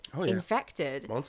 infected